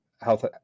health